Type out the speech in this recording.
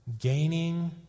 gaining